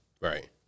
Right